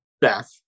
beth